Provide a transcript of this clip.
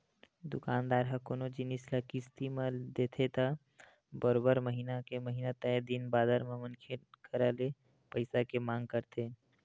दुकानदार ह कोनो जिनिस ल किस्ती म देथे त बरोबर महिना के महिना तय दिन बादर म मनखे करा ले पइसा के मांग करथे